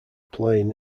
plain